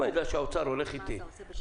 אם אני יודע שהאוצר הולך איתי לתת,